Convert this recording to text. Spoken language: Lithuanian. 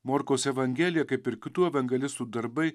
morkaus evangelija kaip ir kitų evangelistų darbai